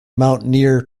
mountaineer